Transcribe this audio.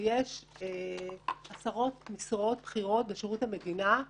ויש עשרות משרות בכירות בשירות המדינה,